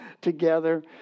together